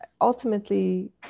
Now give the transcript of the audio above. ultimately